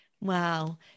Wow